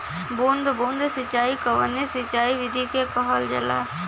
बूंद बूंद सिंचाई कवने सिंचाई विधि के कहल जाला?